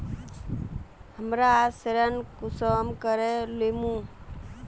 हमरा ऋण कुंसम करे लेमु?